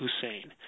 Hussein –